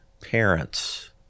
parents